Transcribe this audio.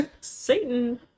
Satan